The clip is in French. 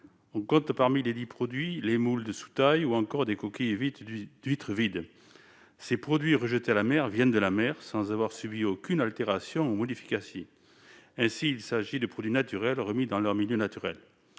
on compte parmi les 10 produits les moules de soutien ou encore des coquilles vides d'huîtres vides, ces produits, rejetés à la mer viennent de la mer sans avoir subi aucune altération modifications ainsi, il s'agit de produits naturels remis dans leur milieu naturel